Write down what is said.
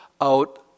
out